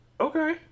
Okay